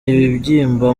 ibibyimba